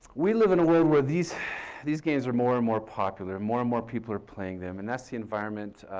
we live in the world where these these games are more and more popular, more and more people are playing them and that's the environment